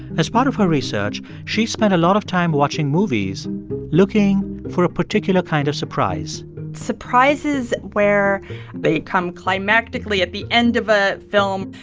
as part of her research, she spent a lot of time watching movies looking for a particular kind of surprise surprises where they come climactic at the end of ah film,